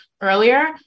earlier